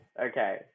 okay